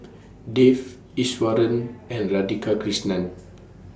Dev Iswaran and Radhakrishnan